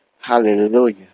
Hallelujah